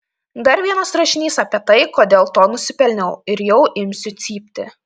dar vienas rašinys apie tai kodėl to nusipelnau ir jau imsiu cypti